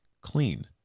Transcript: clean